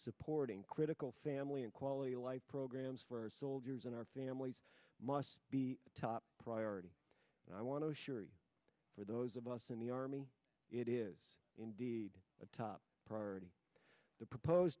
supporting critical family and quality of life programs for our soldiers and our families must be a top priority and i want to assure for those of us in the army it is indeed a top priority the propose